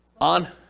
On